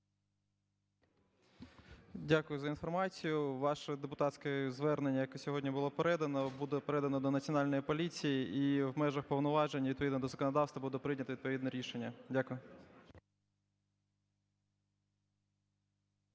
Дякую за інформацію. Ваше депутатське звернення, яке сьогодні було передано, буде передано до Національної поліції, і в межах повноважень, відповідно до законодавства, буде прийнято відповідне рішення. Дякую.